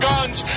Guns